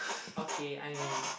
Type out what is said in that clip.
okay I mean